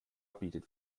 bietet